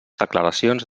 declaracions